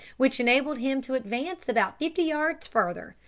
which enabled him to advance about fifty yards further,